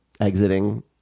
exiting